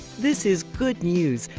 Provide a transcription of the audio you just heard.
this is good news,